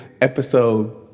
episode